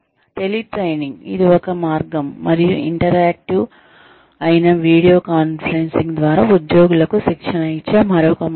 tele training ఇది ఒక మార్గం మరియు ఇంటరాక్టివ్ అయిన వీడియో కాన్ఫరెన్సింగ్ ద్వారా ఉద్యోగులకు శిక్షణ ఇచ్చే మరొక మార్గం